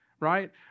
Right